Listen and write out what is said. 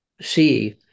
see